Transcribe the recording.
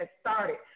started